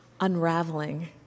unraveling